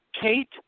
Kate